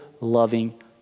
loving